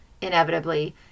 inevitably